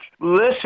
Listen